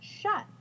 shut